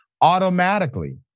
automatically